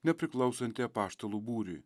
nepriklausantį apaštalų būriui